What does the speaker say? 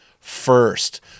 first